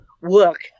work